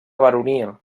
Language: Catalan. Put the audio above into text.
baronia